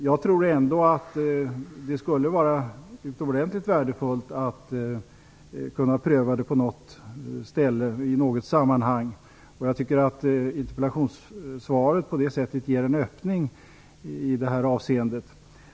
Jag tror att det skulle vara utomordentligt värdefullt att kunna pröva det i något sammanhang. Jag tycker att interpellationssvaret ger en öppning i det avseendet.